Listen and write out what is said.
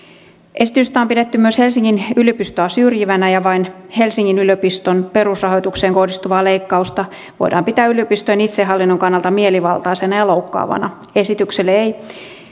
esitystä on pidetty myös helsingin yliopistoa syrjivänä ja vain helsingin yliopiston perusrahoitukseen kohdistuvaa leikkausta voidaan pitää yliopistojen itsehallinnon kannalta mielivaltaisena ja loukkaavana esitykselle ei